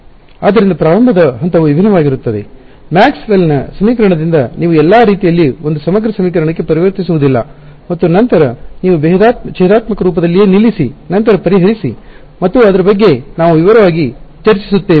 ಆದ್ದರಿಂದ ಪ್ರಾರಂಭದ ಹಂತವು ವಿಭಿನ್ನವಾಗಿರುತ್ತದೆ ಮ್ಯಾಕ್ಸ್ವೆಲ್ನ ಸಮೀಕರಣದಿಂದ ನೀವು ಎಲ್ಲಾ ರೀತಿಯಲ್ಲಿ ಒಂದು ಸಮಗ್ರ ಸಮೀಕರಣಕ್ಕೆ ಪರಿವರ್ತಿಸುವುದಿಲ್ಲ ಮತ್ತು ನಂತರ ನೀವು ಭೇದಾತ್ಮಕ ರೂಪದಲ್ಲಿಯೇ ನಿಲ್ಲಿಸಿ ನಂತರ ಪರಿಹರಿಸಿ ಮತ್ತು ಅದರ ಬಗ್ಗೆ ನಾವು ವಿವರವಾಗಿ ಚರ್ಚಿಸುತ್ತೇವೆ